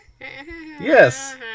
Yes